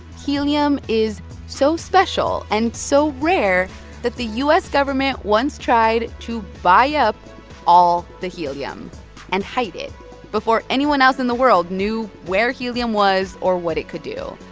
helium is so special and so rare that the u s. government once tried to buy up all the helium and hide it before anyone else in the world knew where helium was or what it could do.